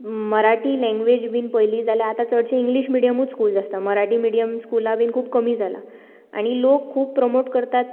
Marathi language बीन पळयलीं जाल्यार आतां चडशे इंग्लिश मिडियम्सूच स्कूल्स आसता मराठी मिडियम स्कुलां बीन खूब कमी जालां आनी लोक खूब प्रोमोट करतात